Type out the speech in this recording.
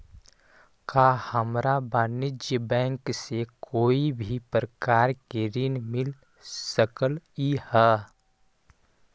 का हमरा वाणिज्य बैंक से कोई भी प्रकार के ऋण मिल सकलई हे?